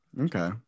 okay